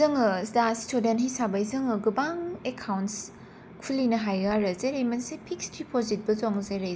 जोंङो दा स्टुदेन्ट हिसाबै जोंङो गोबां एकाउन्टस खुलिनो हायो आरो जेरै मोनसे फिक्सड डिपजिट बो दं जेरै